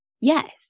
Yes